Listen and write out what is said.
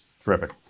Terrific